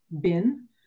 bin